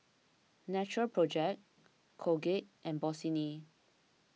Natural Project Colgate and Bossini